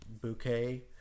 bouquet